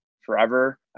forever